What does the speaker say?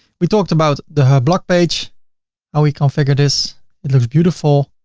we talked about the blog page how we configure this. it's looks beautiful,